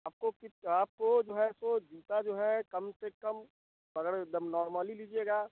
आपको किस आपको जो है सो जूता जो है कम से कम अगर एकदम नॉर्मली लीजिएगा